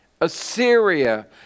Assyria